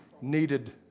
needed